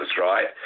right